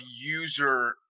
user